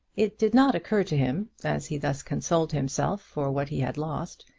it did not occur to him, as he thus consoled himself for what he had lost,